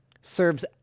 serves